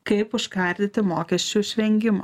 kaip užkardyti mokesčių išvengimo